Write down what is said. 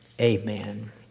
Amen